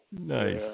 Nice